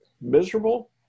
miserable